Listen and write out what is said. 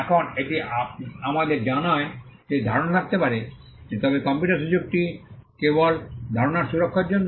এখন এটি আমাদের জানায় যে ধারণা থাকতে পারে তবে কপিরাইটের সুযোগটি কেবল ধারণার সুরক্ষার জন্য